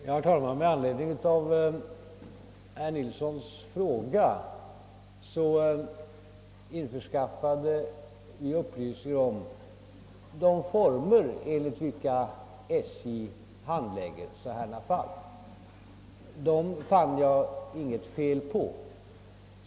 Herr talman! Med anledning av herr Nilssons i Gävle fråga införskaffade vi upplysningar om de former enligt vilka SJ handlägger sådana fall. Dem fann jag inte något fel på.